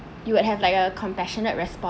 you would have like a compassionate response